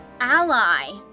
Ally